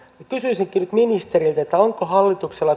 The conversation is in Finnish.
kysyisinkin nyt ministeriltä onko hallituksella